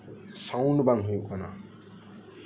sound ᱵᱟᱝ ᱦᱳᱭᱳᱜ ᱠᱟᱱᱟ